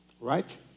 Right